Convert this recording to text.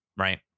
Right